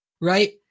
right